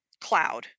cloud